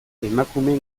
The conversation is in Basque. emakumeen